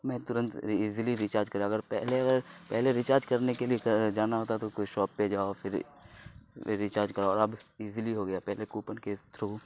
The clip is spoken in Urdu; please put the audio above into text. میں تورنت ایزیلی ریچارج کرا اگر پہلے اگر پہلے ریچارج کرنے کے لیے جانا ہوتا تو کوئی شاپ پہ جاؤ پھر ریچارج کراؤ اور اب ایزیلی ہو گیا ہے پہلے کوپن کے تھرو